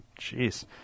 jeez